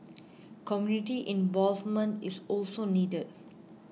community involvement is also needed